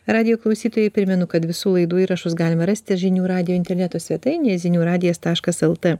radijo klausytojai primenu kad visų laidų įrašus galima rasti žinių radijo interneto svetainėje zinių radijas lt